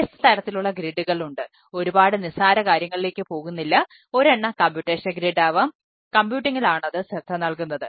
വ്യത്യസ്ത തരത്തിലുള്ള ഗ്രിഡുകൾ സംഭരണം ആയാണ് സേവനം നൽകുന്നത്